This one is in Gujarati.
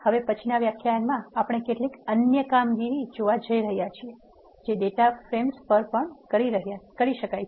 હવે પછીનાં વ્યાખ્યાનમાં આપણે કેટલીક અન્ય કામગીરીઓ જોવા જઈ રહ્યા છીએ જે ડેટા ફ્રેમ્સ પર કરી શકાય છે